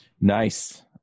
Nice